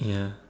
yeah